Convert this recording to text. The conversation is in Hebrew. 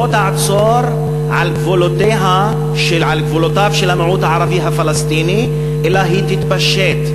לא תעצור על גבולותיו של המיעוט הערבי הפלסטיני אלא היא תתפשט,